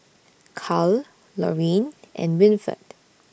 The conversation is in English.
Cal Lorin and Winford